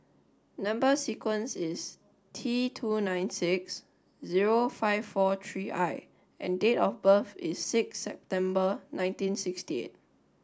number sequence is T two nine six zero five four three I and date of birth is six September nineteen sixty eight